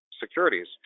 securities